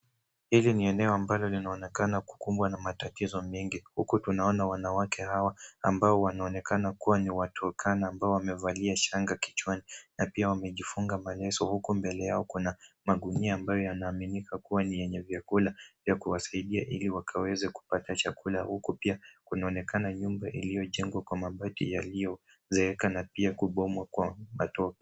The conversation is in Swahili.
Hili ni eneo ambalo linaonekana kukumbwa na matatizo mengi huku tunaona wanawake hawa ambao wanaonekana kuwa ni waturkana ambao wamevalia shanga kichwa na wamejifunga maleso huku mbele yao kuna magunia ambayo yanaaminika kuwa ni yenye vyakula vya kuwasaidia ili wakaweze kupata vyakula huku pia kunaonekana nyumba iliyojengwa kwa mabati yaliyozeeka na pia kubomwa kwa matope.